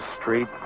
street